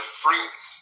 fruits